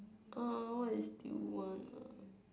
uh what is due one uh